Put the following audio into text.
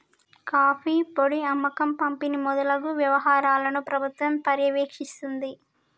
coffee పొడి అమ్మకం పంపిణి మొదలగు వ్యవహారాలను ప్రభుత్వం పర్యవేక్షిస్తుంది